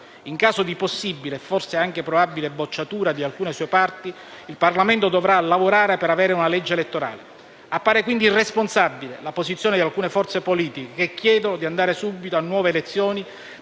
In caso di possibile e forse anche di probabile bocciatura di alcune sue parti, il Parlamento dovrà lavorare per avere una legge elettorale. Appare quindi irresponsabile la posizione di alcune forze politiche che chiedono di andare subito a nuove elezioni